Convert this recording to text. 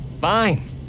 Fine